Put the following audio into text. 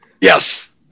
Yes